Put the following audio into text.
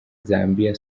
zambia